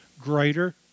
greater